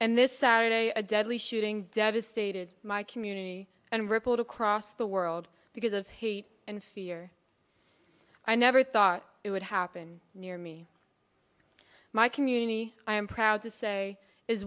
and this saturday a deadly shooting devastated my community and rippled across the world because of hate and fear i never thought it would happen near me my community i am proud to say is